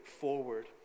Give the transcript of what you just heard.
forward